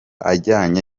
ajyanye